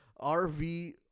RV